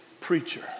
preacher